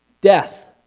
death